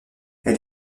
elle